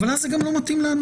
אבל אז זה גם לא מתאים לנו.